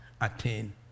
attain